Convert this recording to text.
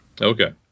Okay